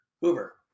Hoover